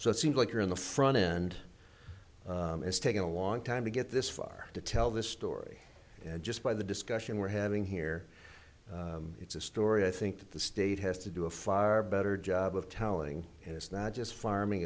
so it seems like you're on the front end it's taken a long time to get this far to tell this story and just by the discussion we're having here it's a story i think that the state has to do a far better job of telling it it's not just farming